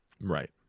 Right